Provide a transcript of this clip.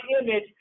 image